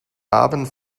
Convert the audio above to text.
abend